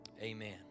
Amen